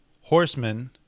horsemen